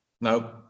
No